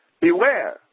Beware